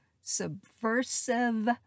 subversive